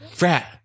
Frat